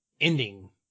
ending